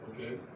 Okay